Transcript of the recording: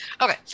Okay